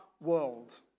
world